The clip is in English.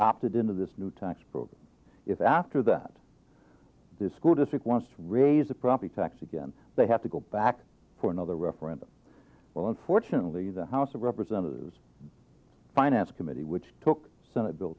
opted into this new tax program if after that the school district wants to raise the property tax again they have to go back for another referendum or unfortunately the house of representatives finance committee which took senate bill